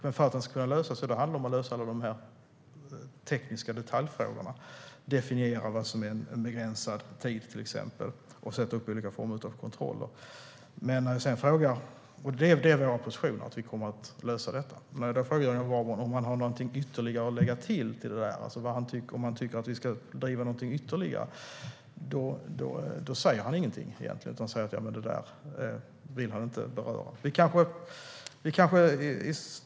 Men för att den ska kunna lösas gäller det att lösa de tekniska detaljfrågorna - till exempel definiera vad som är en begränsad tid och sätta upp olika former av kontroller. Vår position är att vi kommer att lösa detta. Men när jag frågar Jörgen Warborn om han har någonting att lägga till, om han tycker att vi ska driva någonting ytterligare, då säger han egentligen ingenting - det där vill han inte beröra.